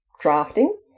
drafting